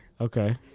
Okay